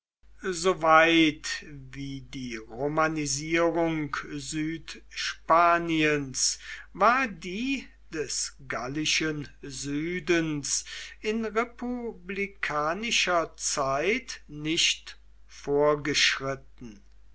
soweit wie die romanisierung südspaniens war die des gallischen südens in republikanischer zeit nicht vorgeschritten